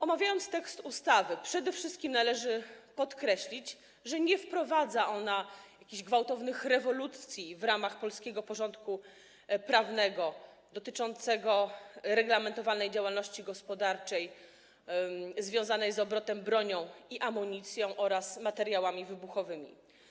Omawiając tekst ustawy, przede wszystkim należy podkreślić, że nie wprowadza ona jakiejś gwałtownej rewolucji do polskiego porządku prawnego dotyczącego reglamentowanej działalności gospodarczej związanej z obrotem bronią i amunicją oraz materiałami wybuchowymi.